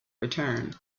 return